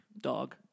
dog